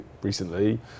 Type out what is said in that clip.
recently